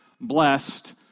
blessed